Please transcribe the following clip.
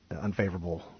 unfavorable